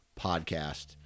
Podcast